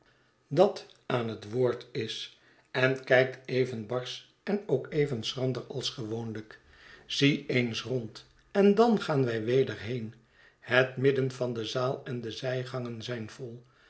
dat aan het woord is en kijkt even barsch en ook even schrander ais gewoonlijk zie eens rond en dan gaan wij weder heen het midden van de zaal en de zijgangen zijn vol